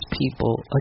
people